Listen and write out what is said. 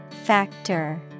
Factor